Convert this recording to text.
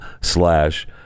slash